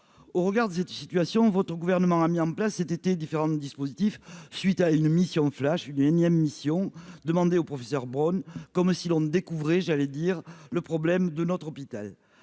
au regard de cette situation, vote au gouvernement, a mis en place cet été différente dispositif suite à une mission flash une énième mission demander au professeur Brown, comme si l'on Découvrez j'allais dire le problème de notre hôpital,